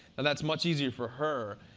and that's much easier for her.